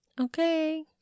Okay